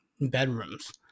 bedrooms